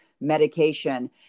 medication